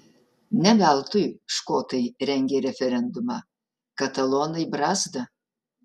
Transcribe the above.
ne veltui škotai rengė referendumą katalonai brazda